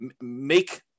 make